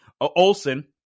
Olson